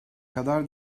kadar